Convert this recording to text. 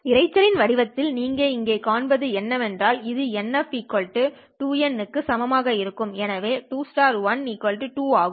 இரைச்சலின் வடிவத்தில் நீங்கள் இங்கே காண்பது என்னவென்றால் இது NF2nsp க்கு சமமாக இருக்கும் எனவே 21 2 ஆகும்